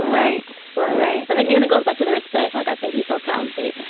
right. right. and again it goes back to the respect. like i think he's so talented.